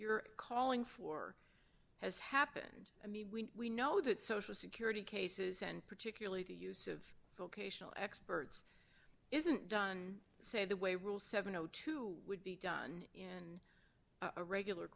you're calling for has happened to me when we know that social security cases and particularly the use of vocational experts isn't done say the way rule seven o two would be done in a regular